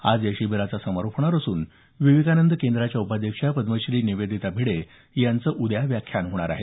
आज या शिबिराचा समारोप होणार असून विवेकानंद केंद्राच्या उपाध्यक्षा पदमश्री निवेदिता भिडे यांचं उद्या व्याख्यान होणार आहे